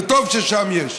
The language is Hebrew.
וטוב ששם יש,